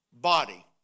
body